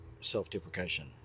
self-deprecation